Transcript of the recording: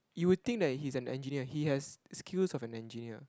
you will think that he's an engineer he has skills of an engineer